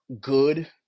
good